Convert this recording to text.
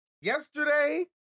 Yesterday